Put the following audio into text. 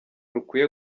rukwiye